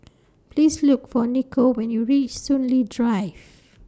Please Look For Niko when YOU REACH Soon Lee Drive